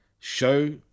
show